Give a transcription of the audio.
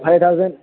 five thousand